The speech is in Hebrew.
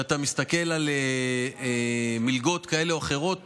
כשאתה מסתכל על מלגות כאלה או אחרות,